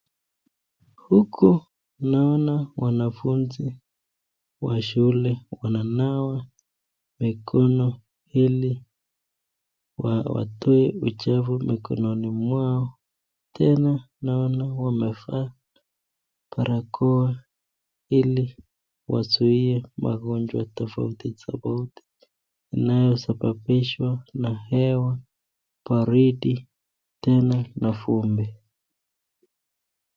Huku naona wanafunzi wa shule wananawa mikono ili watoe uchafu mikononi mwao, tena naona wamevaa barakoa ili wazuie magonjwa tofauti tofauti inayosababishwa na hewa, baridi tena na vumbi.